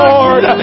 Lord